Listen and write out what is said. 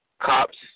cops